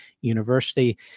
University